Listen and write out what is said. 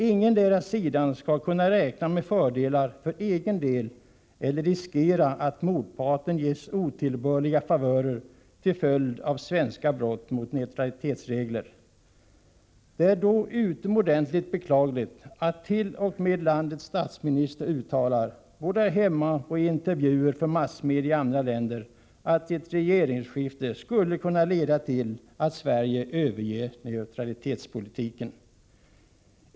Ingendera sidan skall kunna räkna med fördelar för egen del eller riskera att motparten ges otillbörliga favörer till följd av svenska brott mot neutralitetsregler. Det är då utomordentligt beklagligt att t.o.m. landets statsminister, både här hemma och i intervjuer för massmedia i andra länder, uttalar att ett regeringsskifte skulle kunna leda till att Sverige överger neutralitetspolitiken.